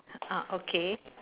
ah okay